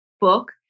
book